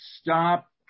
stop